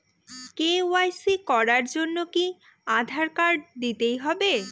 KYC করার জন্য কি আধার কার্ড দিতেই হবে?